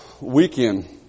weekend